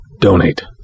donate